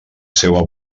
seua